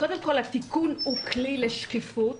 קודם כול, התיקון הוא כלי לשקיפות,